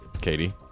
Katie